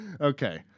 Okay